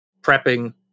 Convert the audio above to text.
prepping